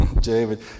David